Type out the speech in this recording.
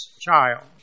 child